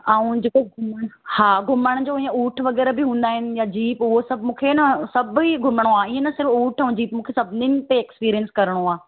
ऐं जेको घुमणु हा घुमण जो इएं उठु वग़ैरह बि हुंदा आहिनि या जीप उहे मूंखे सभु मूंखे न सभु ई घुमणो आहे इएं न सिर्फ़ु उठु ऐं जीप मूंखे सभिनिनि ते एक्सपिरंस करिणो आहे